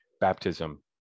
Baptism